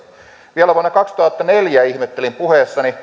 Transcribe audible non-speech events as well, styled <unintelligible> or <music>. vielä vuonna kaksituhattaneljä ihmettelin puheessani <unintelligible>